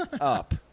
up